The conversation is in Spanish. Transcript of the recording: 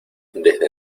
desde